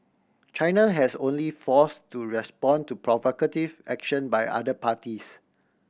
China has only force to respond to provocative action by other parties